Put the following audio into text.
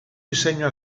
diseño